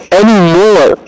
anymore